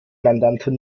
mandantin